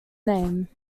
name